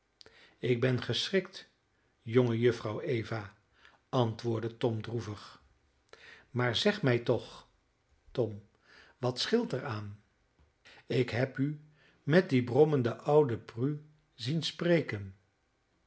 ik ben geschrikt jongejuffrouw eva antwoordde tom droevig maar zeg mij toch tom wat scheelt er aan ik heb u met die brommende oude prue zien spreken